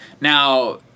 Now